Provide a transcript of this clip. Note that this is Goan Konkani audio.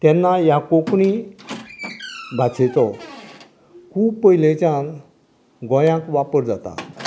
तेन्ना ह्या कोंकणी भाशेचो खूब पयलींच्यान गोंयांत वापर जाता